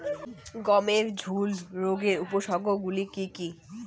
গমের ঝুল রোগের উপসর্গগুলি কী কী?